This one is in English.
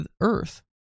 earth